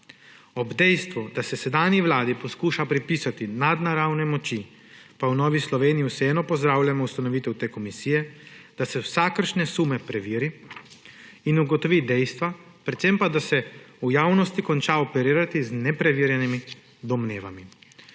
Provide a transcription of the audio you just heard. Ob dejstvu, da se sedanji vladi poskuša pripisati nadnaravne moči, pa v Novi Sloveniji vseeno pozdravljamo ustanovitev te komisije, da se vsakršne sume preveri in ugotovi dejstva, predvsem pa da se v javnosti konča operirati z nepreverjenimi domnevami.